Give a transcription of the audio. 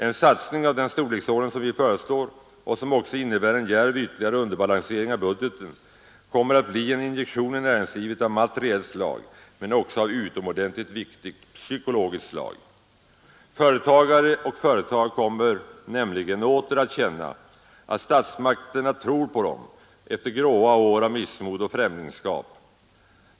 En satsning av den storleksordning som vi föreslår och som också innebär en djärv ytterligare underbalansering av budgeten kommer att bli en injektion i näringslivet av materiellt slag men också av utomordentligt viktigt psykologiskt slag. Företagare och företag kommer nämligen åter att känna att statsmakterna tror på dem efter gråa år av missmod och främlingskap.